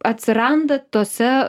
atsiranda tose